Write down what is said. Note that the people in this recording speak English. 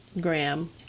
Graham